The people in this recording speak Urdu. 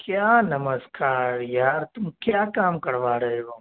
کیا نمسکار یار تم کیا کام کروا رہے ہو